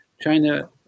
China